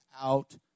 out